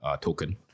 token